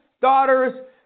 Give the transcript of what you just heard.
daughters